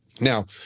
Now